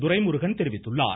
துரைமுருகன் தெரிவித்துள்ளார்